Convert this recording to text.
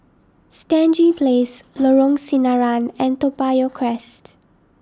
Stangee Place Lorong Sinaran and Toa Payoh Crest